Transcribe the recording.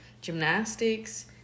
gymnastics